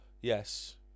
Yes